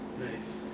Nice